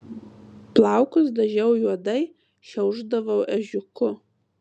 plaukus dažiau juodai šiaušdavau ežiuku